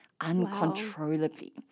uncontrollably